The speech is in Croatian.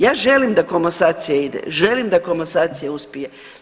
Ja želim da komasacija ide, želim da komasacija uspije.